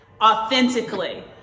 authentically